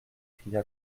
cria